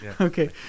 Okay